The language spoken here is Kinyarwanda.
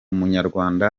munyarwanda